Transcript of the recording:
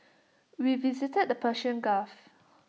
we visited the Persian gulf